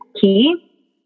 key